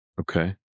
Okay